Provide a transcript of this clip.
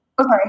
Okay